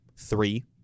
Three